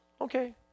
Okay